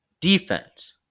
defense